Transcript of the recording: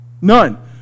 None